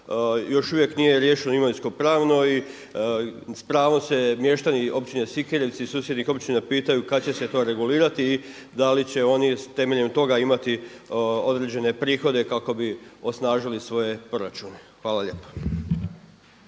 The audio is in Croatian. Još uvijek nije riješeno imovinsko pravno i s pravom se mještani općine Sikirevci i susjednih općina pitaju kada će se to regulirati i da li će oni temeljem toga imati određene prihode kako bi osnažili svoje proračune. Hvala lijepa.